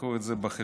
קחו את זה בחשבון.